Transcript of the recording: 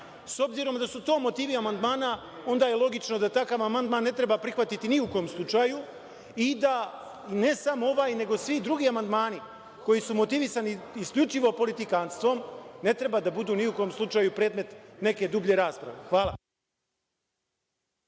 obzirom da su to motivi amandmana, onda je logično da takav amandman ne treba prihvatiti ni u kom slučaju i da ne samo ovaj, nego svi drugi amandmani koji su motivisani isključivo politikanstvom ne treba da budu ni u kom slučaju predmet neke dublje rasprave. Hvala.